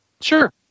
Sure